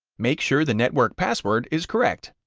make sure the network password is correct,